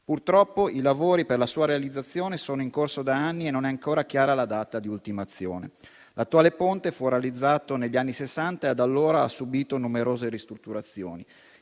Purtroppo i lavori per la sua realizzazione sono in corso da anni e non è ancora chiara la data di ultimazione. L'attuale ponte fu realizzato negli anni Sessanta e da allora ha subito numerose ristrutturazioni.